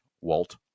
Walt